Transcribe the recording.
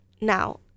Now